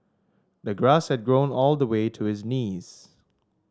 the grass had grown all the way to his knees